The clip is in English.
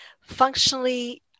functionally